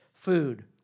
food